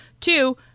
Two